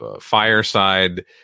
fireside